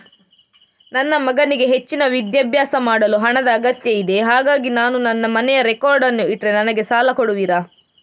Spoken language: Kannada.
ನನ್ನ ಮಗನಿಗೆ ಹೆಚ್ಚಿನ ವಿದ್ಯಾಭ್ಯಾಸ ಮಾಡಲು ಹಣದ ಅಗತ್ಯ ಇದೆ ಹಾಗಾಗಿ ನಾನು ನನ್ನ ಮನೆಯ ರೆಕಾರ್ಡ್ಸ್ ಅನ್ನು ಇಟ್ರೆ ನನಗೆ ಸಾಲ ಕೊಡುವಿರಾ?